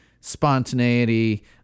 spontaneity